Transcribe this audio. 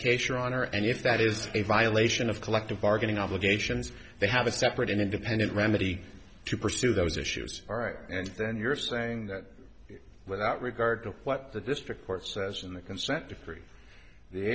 case your honor and if that is a violation of collective bargaining obligations they have a separate and independent remedy to pursue those issues all right and then you're saying that without regard to what the district court says in the consent decree the